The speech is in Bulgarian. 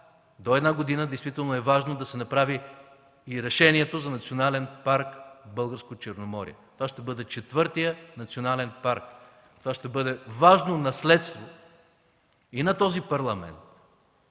До една година е важно да се направи и решението за Национален парк „Българско Черноморие”. Това ще бъде четвъртият национален парк. Това ще бъде важно наследство и на този Парламент,